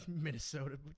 Minnesota